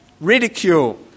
ridicule